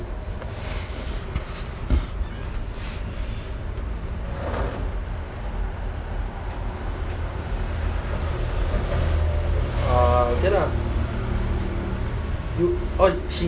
uh okay lah oh she